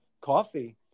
coffee